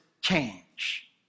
change